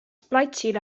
platsile